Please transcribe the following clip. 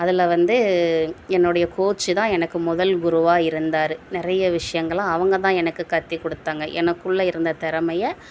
அதில் வந்து என்னோடைய கோச்சு தான் எனக்கு முதல் குருவாக இருந்தார் நிறைய விஷயங்களை அவங்க தான் எனக்கு கற்றே கொடுத்தாங்க எனக்குள்ளே இருந்த திறமைய